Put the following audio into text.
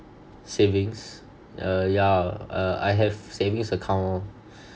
savings uh yeah uh I have savings account lor